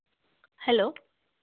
hello